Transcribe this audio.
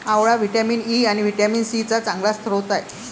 आवळा vitamin E आणि vitamin C चा चांगला स्रोत आहे